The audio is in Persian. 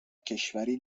کشوری